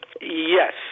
Yes